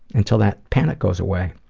until that panic goes away.